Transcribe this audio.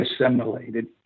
assimilated